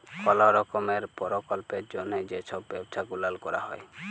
call রকমের পরকল্পের জ্যনহে যে ছব ব্যবছা গুলাল ক্যরা হ্যয়